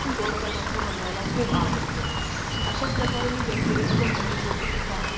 गोड पदार्थ बनवायला खूप आवडतो अशाच प्रकारे मी वेगवेगळ्या ज्या नवीन रेसिपीज आहेत